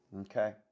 Okay